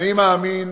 אני מאמין